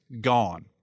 gone